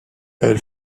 elle